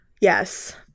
yes